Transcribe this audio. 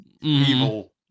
evil